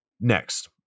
Next